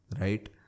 right